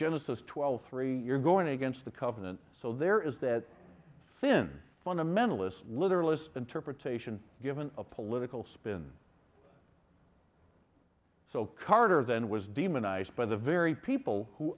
genesis twelve three you're going against the covenant so there is that thin fundamentalist literalist interpretation given a political spin so carter then was demonized by the very people who